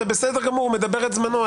זה בסדר גמור, הוא מדבר את זמנו.